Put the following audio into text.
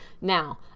Now